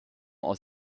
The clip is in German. aus